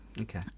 Okay